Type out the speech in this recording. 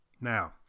Now